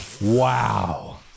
Wow